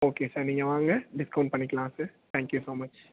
okay sir நீங்கள் வாங்க discount பண்ணிக்கலாம் sir thank you so much